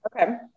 Okay